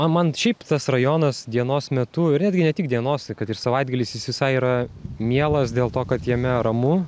man šiaip tas rajonas dienos metu ir netgi ne tik dienos kad ir savaitgalis jis visai yra mielas dėl to kad jame ramu